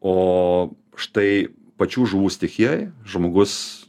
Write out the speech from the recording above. o štai pačių žuvų stichijoj žmogus